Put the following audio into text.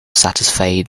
satisfy